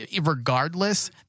regardless